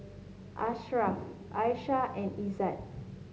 Asharaff Aisyah and Izzat